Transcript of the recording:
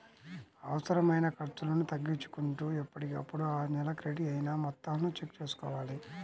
అనవసరమైన ఖర్చులను తగ్గించుకుంటూ ఎప్పటికప్పుడు ఆ నెల క్రెడిట్ అయిన మొత్తాలను చెక్ చేసుకోవాలి